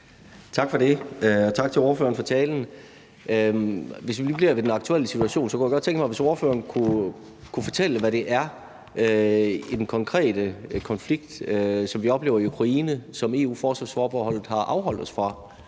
Tak for det, og tak til ordføreren for talen. Hvis vi lige bliver ved den aktuelle situation, kunne jeg godt tænke mig, at ordføreren kunne fortælle, hvad det er i den konkrete konflikt, vi oplever i Ukraine, som EU-forsvarsforbeholdet har afholdt os fra